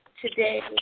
today